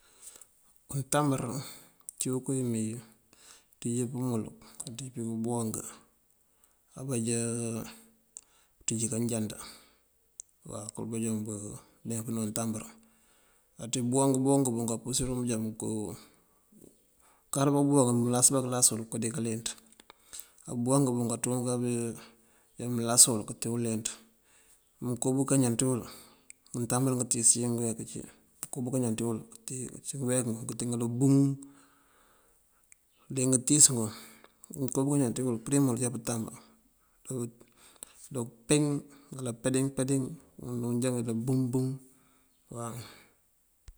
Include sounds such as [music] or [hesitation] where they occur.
Untambur ací unko uwí mee kënţíj pëmul kënţíj buwaŋ. Abanjá kënţíj kanjand kowí banjee buleempëna untambur. Ací buwaŋ buwunk kampurësir bunjá [hesitation] unkaţ bá buwang mëlas bá këlas wul oko dika lent. Abuwaŋ bun kanţún unjá mëlas wul këntee ulenţ. Mënkob kañan ţí wël, ngëtambur ngëntíis ajá nguroon ngun cí, mënkob kañan ţí wël wuncunk ngëyek ngun këntee kaloŋ nganjá buŋ. Dí ngëntíis ngun mënkob kañan ţí wël përim wël ajá pëntamb kandoo píŋ uwala bandíŋ bandíŋ, ngëmënţ ngun já ngun já kënjá buŋ buŋ.